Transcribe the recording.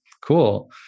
Cool